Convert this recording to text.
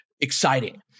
exciting